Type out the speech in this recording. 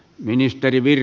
arvoisa puhemies